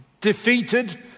defeated